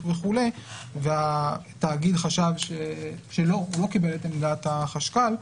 וכולי והתאגיד חשב שלא והוא לא קיבל את עמדת החשכ"ל,